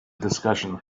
discussion